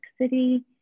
City